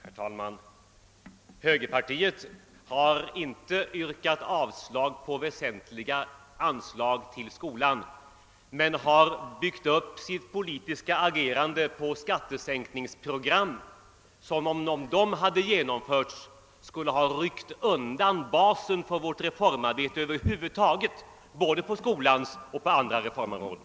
Herr talman! Högerpartiet har inte yrkat avslag rörande väsentliga anslag till skolan men har byggt upp sitt politiska agerande på skattesänkningsprogram, som, om de hade genomförts, skulle ha ryckt undan basen för vårt reformarbete över huvud taget — både på skolans område och på andra reformområden.